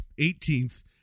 18th